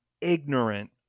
ignorant